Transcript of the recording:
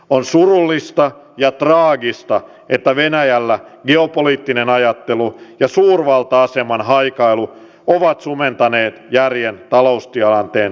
on surullista ja traagista että venäjällä geopoliittinen ajattelu ja suurvalta aseman haikailu ovat sumentaneet järjen taloustilanteen realismilta